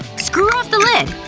screw off the lid,